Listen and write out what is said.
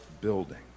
building